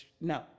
No